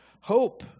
hope